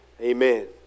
Amen